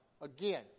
again